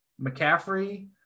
McCaffrey